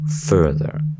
further